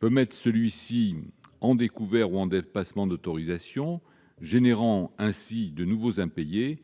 peut mettre celui-ci en position de découvert ou de dépassement d'autorisation, générant ainsi de nouveaux impayés